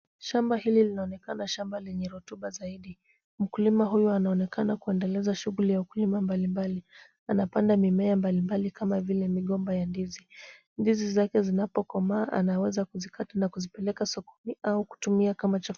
Shamba hili linaoekana shamba lenye rotuba zaidi. Mkulima huyu anaonekana kuendeleza shughuli ya ukulima mbalimbali. Anapanda mimea mbalimbali kama vile migomba ya ndizi. Ndizi zake zinapokomaa anaweza kuzikata na kuzipeleka sokoni au kutumia kama chakula.